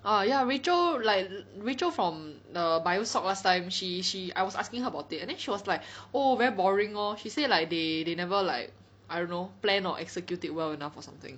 ah ya Rachel like Rachel from the bio SOC last time she she I was asking her about it and then she was like oh very boring lor she say like they they never like I don't know plan or execute it well enough or something